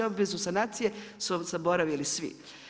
Obvezu sanacije su zaboravili svi.